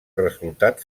resultat